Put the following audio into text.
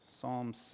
Psalm